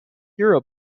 hero